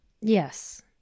Yes